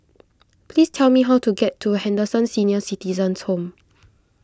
please tell me how to get to Henderson Senior Citizens' Home